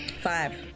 Five